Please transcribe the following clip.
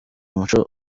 umuco